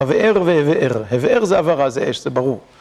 ‫הבאר והבהר. ‫הבהר זה הבהרה, זה אש, זה ברור.